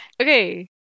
Okay